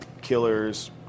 Killers